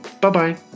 Bye-bye